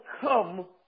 come